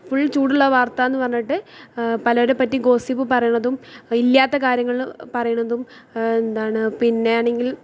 full ചൂടുള്ള വാർത്താന്ന് പറഞ്ഞിട്ട് പലരെപ്പറ്റി ഗോസിപ്പ് പറയണതും ഇല്ലാത്ത കാര്യങ്ങൾ പറയണതും എന്താണ് പിന്നെയാണെങ്കിൽ